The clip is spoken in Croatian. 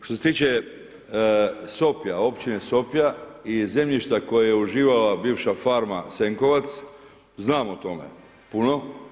Što se tiče Sopja, općine Sopja i zemljišta koje je uživala bivša farma Senkovac znam o tome puno.